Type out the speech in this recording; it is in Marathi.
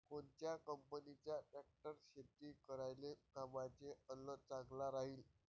कोनच्या कंपनीचा ट्रॅक्टर शेती करायले कामाचे अन चांगला राहीनं?